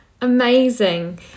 amazing